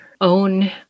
own